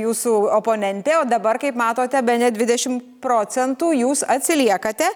jūsų oponentė o dabar kaip matote bene dvidešimt procentų jūs atsiliekate